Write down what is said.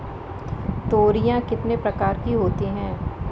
तोरियां कितने प्रकार की होती हैं?